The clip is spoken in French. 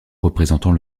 représentant